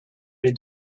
les